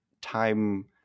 time